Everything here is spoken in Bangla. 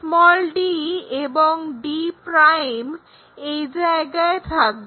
d এবং d' এই জায়গায় থাকবে